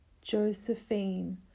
Josephine